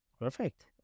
perfect